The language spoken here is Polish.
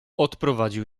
odprowadził